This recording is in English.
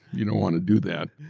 you know want to do that.